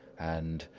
and,